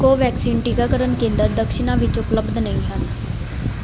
ਕੋਵੈਕਸਿਨ ਟੀਕਾਕਰਨ ਕੇਂਦਰ ਦਕਸ਼ਿਨਾ ਵਿੱਚ ਉਪਲਬਧ ਨਹੀਂ ਹਨ